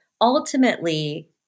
ultimately